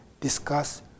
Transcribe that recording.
discuss